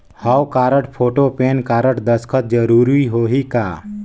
हव card, photo, pan card, दस्खत जरूरी होही का?